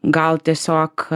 gal tiesiog